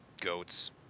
goats